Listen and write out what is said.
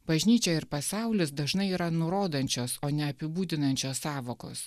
bažnyčia ir pasaulis dažnai yra nurodančios o ne apibūdinančios sąvokos